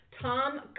Tom